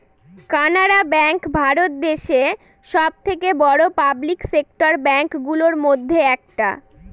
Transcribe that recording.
Canara bank ভারত দেশে সব থেকে বড়ো পাবলিক সেক্টর ব্যাঙ্ক গুলোর মধ্যে একটা